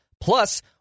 Plus